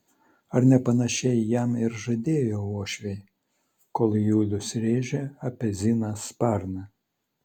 ar ne panašiai jam ir žadėjo uošviai kol julius rėžė apie ziną sparną